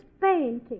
painting